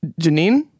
Janine